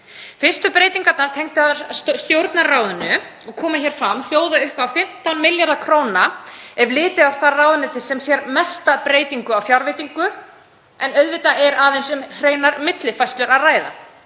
Fyrstu breytingarnar tengdar Stjórnarráðinu, sem koma hér fram, hljóða upp á 15 milljarða kr., ef litið er á það ráðuneyti þar sem mesta breytingin er varðandi fjárveitingu, en auðvitað er aðeins um hreinar millifærslur að ræða.